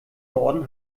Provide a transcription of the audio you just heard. norden